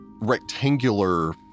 rectangular